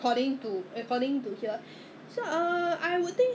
华语名叫什么有一个我朋友跟我讲的 !wah! 他请我吃